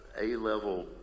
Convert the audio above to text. A-level